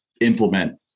implement